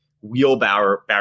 wheelbarrow